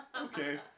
okay